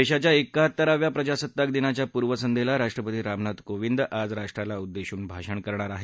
देशाच्या एकाहत्तराव्या प्रजासत्ताक दिनाच्या पूर्वसंध्येला राष्ट्रपती रामनाथ कोविंद आज राष्ट्राला उद्देशून भाषण करणार आहेत